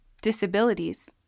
disabilities